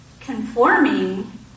conforming